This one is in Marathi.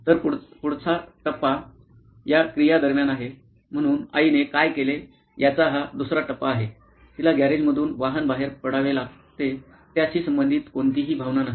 तर पुढचा टप्पा या क्रिया दरम्यान आहे म्हणून आईने काय केले याचा हा दुसरा टप्पा आहे तिला गॅरेजमधून वाहन बाहेर पडावे लागते त्याशी संबंधीत कोणतीही भावना नाही